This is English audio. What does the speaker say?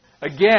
Again